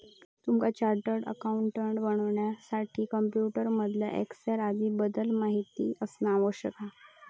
तुमका chartered accountant बनण्यासाठी computer मधील एक्सेल आदीं बद्दल माहिती असना आवश्यक हा